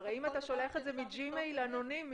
אם אתה שולח את זה מג'מייל אנונימי,